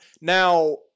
now